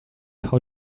how